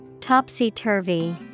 Topsy-turvy